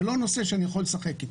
זה לא נושא שאני יכול לשחק איתו.